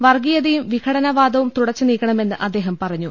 വർഗീയതയും വിഘടന വാദവും തുടച്ചു നീക്കണമെന്ന് അദ്ദേഹം പറഞ്ഞു